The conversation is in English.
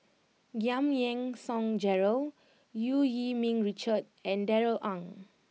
Giam Yean Song Gerald Eu Yee Ming Richard and Darrell Ang